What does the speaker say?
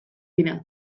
dira